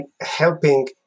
helping